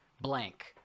blank